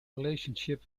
relationship